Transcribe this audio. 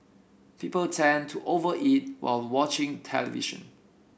people tend to over eat while watching television